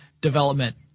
development